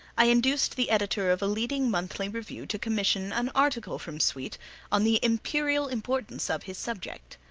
i induced the editor of a leading monthly review to commission an article from sweet on the imperial importance of his subject.